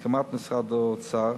בהסכמת משרד האוצר,